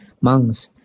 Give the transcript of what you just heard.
Monks